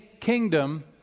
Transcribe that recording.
kingdom